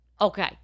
Okay